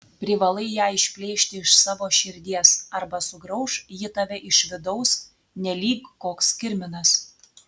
privalai ją išplėšti iš savo širdies arba sugrauš ji tave iš vidaus nelyg koks kirminas